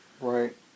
Right